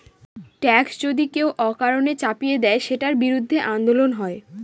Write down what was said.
tax যদি কেউ অকারণে চাপিয়ে দেয়, সেটার বিরুদ্ধে আন্দোলন হয়